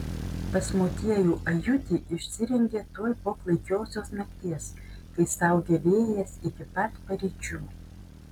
pas motiejų ajutį išsirengė tuoj po klaikiosios nakties kai staugė vėjas iki pat paryčių